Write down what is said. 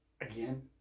Again